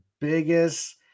biggest